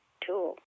tool